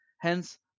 Hence